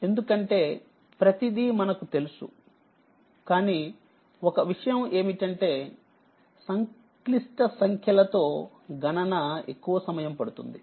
ఎందుకంటే ప్రతిదీ మనకు తెలుసు కానీ ఒక విషయం ఏమిటంటే సంక్లిష్ట సంఖ్యలు తో గణన ఎక్కువ సమయం పడుతుంది